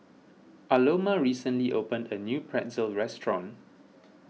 Aloma recently opened a new Pretzel restaurant